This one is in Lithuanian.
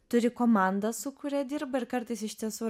turi komandą su kuria dirba ir kartais iš tiesų